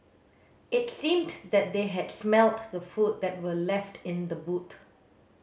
it seemed that they had smelt the food that were left in the boot